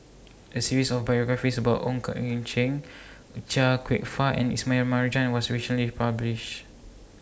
A series of biographies about Ong Keng Chia Kwek Fah and Ismail Marjan was recently published